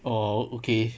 oh okay